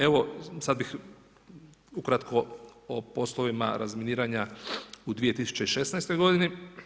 Evo, sada bih ukratko o poslovima razminiranja u 2016. godini.